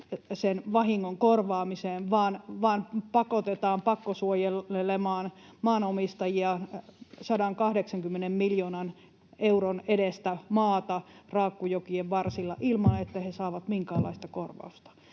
sen vahingon korvaamiseen, vaan maanomistajia pakotetaan pakkosuojelemaan 180 miljoonan euron edestä maata raakkujokien varsilla ilman, että he saavat minkäänlaista korvausta.